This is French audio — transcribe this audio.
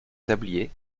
tablier